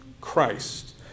Christ